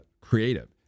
creative